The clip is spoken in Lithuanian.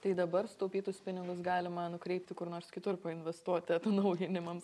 tai dabar sutaupytus pinigus galima nukreipti kur nors kitur painvestuoti atnaujinimams